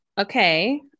Okay